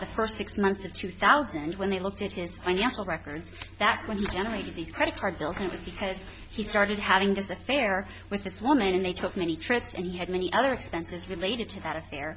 the first six months of two thousand when they looked into his financial records that when he generated these credit card bills it is because he started having this affair with this woman and they took many trips and he had many other expenses related to that affair